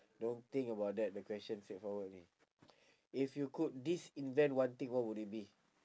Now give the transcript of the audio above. don't think about that the question straightforward only if you could disinvent one thing what would it be